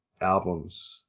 albums